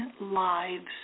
lives